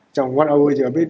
macam one hour jer abeh